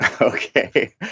Okay